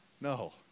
No